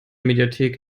mediathek